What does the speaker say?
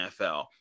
NFL